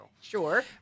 sure